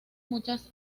muchas